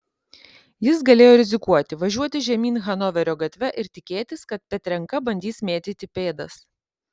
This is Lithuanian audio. jis galėjo rizikuoti važiuoti žemyn hanoverio gatve ir tikėtis kad petrenka bandys mėtyti pėdas